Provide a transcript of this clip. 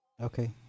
Okay